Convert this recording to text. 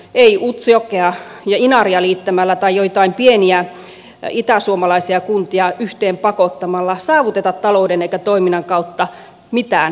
ei utsjokea ja inaria liittämällä tai joitain pieniä itäsuomalaisia kuntia yhteen pakottamalla saavuteta talouden eikä toiminnan kautta mitään järkevää